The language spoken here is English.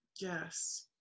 Yes